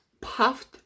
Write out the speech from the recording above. puffed